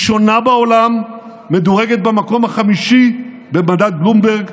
ראשונה בעולם, מדורגת במקום החמישי במדד בלומברג,